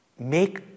Make